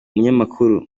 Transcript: umunyamakuru